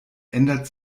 ändert